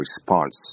response